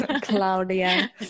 Claudia